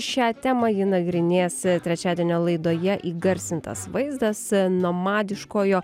šią temą ji nagrinės trečiadienio laidoje įgarsintas vaizdas senamadiškojo